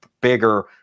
bigger